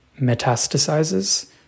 metastasizes